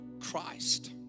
Christ